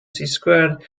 squared